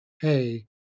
hey